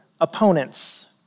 opponents